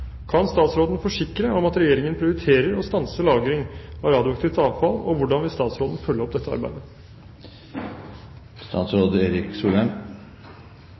Kan statsråden forsikre om at Regjeringen prioriterer å stanse lagring av radioaktivt avfall, og hvordan vil statsråden følge opp dette arbeidet?»